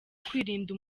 kwirinda